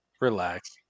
Relax